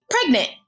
pregnant